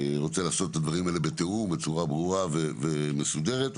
בתיאום ובצורה מסודרת.